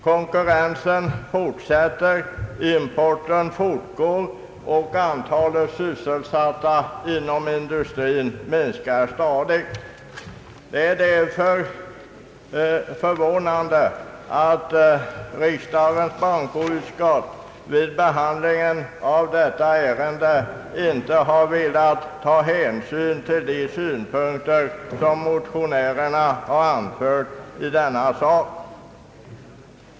Konkurrensen fortsätter, importen fortgår, och antalet sysselsatta inom industrin minskar stadigt. Det är därför förvånande att riksdagens bankoutskott vid behandlingen av detta ärende inte velat ta hänsyn till de synpunkter som motionärerna har anfört i denna fråga.